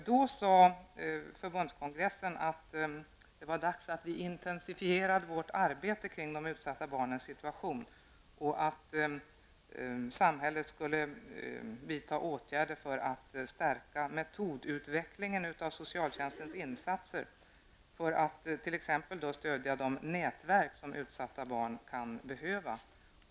Då sade förbundskongressen att det var dags för oss att intensifiera vårt arbete kring de utsatta barnens situation och att samhället skulle vidta åtgärder för att stärka metodutvecklingen av socialtjänstens insatser för att t.ex. stödja de nätverk som utsatta barn kan behöva.